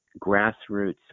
grassroots